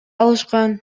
алышкан